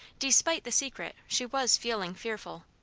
despite the secret, she was feeling fearful.